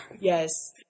Yes